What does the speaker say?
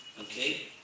Okay